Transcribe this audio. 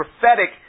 prophetic